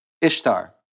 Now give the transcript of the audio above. Ishtar